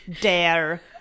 dare